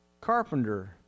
carpenter